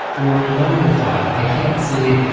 or none of the file. i can't say,